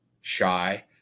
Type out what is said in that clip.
shy